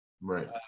Right